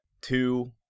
two